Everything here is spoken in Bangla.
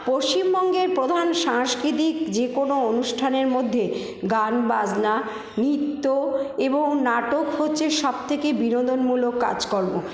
পশ্চিমবঙ্গের প্রধান সাংস্কৃতিক যেকোনো অনুষ্ঠানের মধ্যে গান বাজনা নৃত্য এবং নাটক হচ্ছে সবথেকে বিনোদনমূলক কাজকর্ম